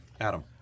Adam